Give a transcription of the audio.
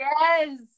yes